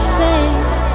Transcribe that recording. face